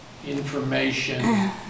information